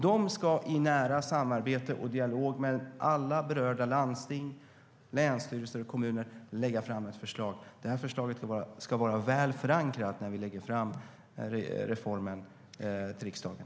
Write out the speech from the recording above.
De ska i nära samarbete och i dialog med alla berörda landsting, länsstyrelser och kommuner lägga fram ett förslag. Detta förslag ska vara väl förankrat när vi lägger fram reformen i riksdagen.